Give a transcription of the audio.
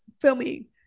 Filming